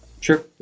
Sure